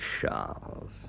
charles